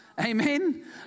Amen